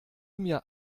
mir